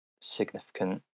significant